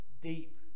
deep